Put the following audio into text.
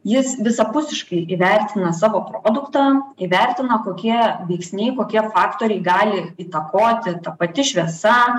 jis visapusiškai įvertina savo produktą įvertina kokie veiksniai kokie faktoriai gali įtakoti ta pati šviesa